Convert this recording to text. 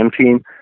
team